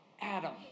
Adam